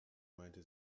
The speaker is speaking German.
meinte